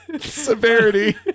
Severity